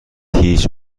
هیچ